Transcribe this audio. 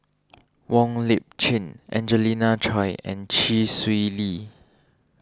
Wong Lip Chin Angelina Choy and Chee Swee Lee